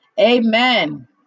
Amen